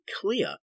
clear